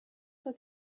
zur